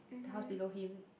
the house below him